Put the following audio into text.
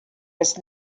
was